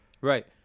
Right